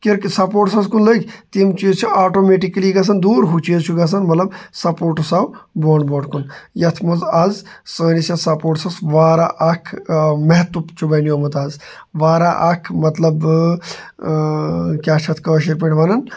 کِرکہِ سپوٹسَس کُن لٔگۍ تِم چیٖز چھِ آٹومیٹکلی گژھان دوٗر ہُہ چیٖز چھِ گژھان مطلب سپوٹس آو برونٛٹھ برونٛٹھ کُن یَتھ منٛز اَز سٲنِس یَتھ سپوٹسَس واریاہ اَکھ میہَتوٕ چھُ بنیومُت اَز واریاہ اَکھ مطلب کیاہ چھِ اَتھ کٲشِر پٲٹھۍ وَنان